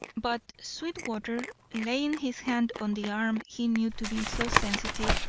but sweetwater, laying his hand on the arm he knew to be so sensitive,